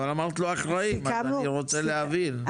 אבל אמרת לא אחראית, אני רוצה להבין.